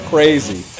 Crazy